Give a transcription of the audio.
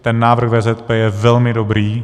Ten návrh VZP je velmi dobrý.